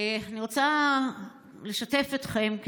אני רוצה לשתף אתכם,